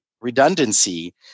redundancy